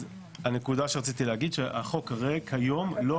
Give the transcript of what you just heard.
אז הנקודה שרציתי להגיד שהחוק הזה כיום לא